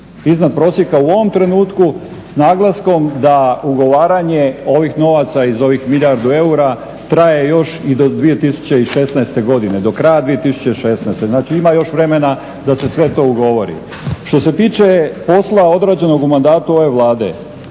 iznad prosjeka u ovom trenutku s naglaskom da ugovaranje ovih novaca iz ovih milijardu eura traje još i do 2016. godine, do kraja 2016., znači ima još vremena da se sve to ugovori. Što se tiče posla odrađenog u mandatu ove Vlade,